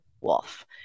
Wolf